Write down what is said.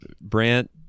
Brant